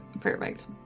perfect